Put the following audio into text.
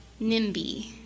NIMBY